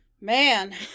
Man